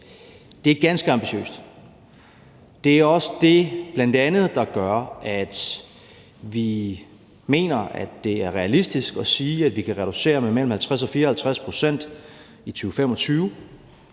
Det er ganske ambitiøst. Det er bl.a. også det, der gør, at vi mener, det er realistisk at sige, at vi kan reducere med mellem 50 og 54 pct. i 2025.